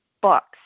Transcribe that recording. books